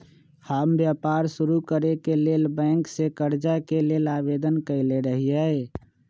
हम व्यापार शुरू करेके लेल बैंक से करजा के लेल आवेदन कयले रहिये